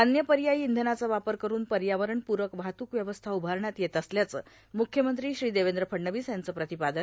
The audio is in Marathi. अन्य पर्यायी इंधनाचा वापर करून पर्यावरणपूरक वाहतूक व्यवस्था उभारण्यात येत असल्याचं मुख्यमंत्री श्री देवेंद्र फडणवीस यांचं प्रतिपादन